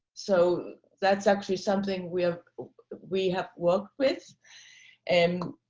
so that's actually something we have we have worked with and